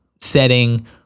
setting